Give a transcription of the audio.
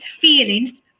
feelings